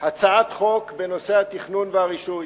הצעת חוק בנושא התכנון והרישוי.